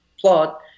plot